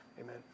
Amen